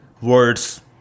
words